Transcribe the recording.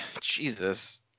Jesus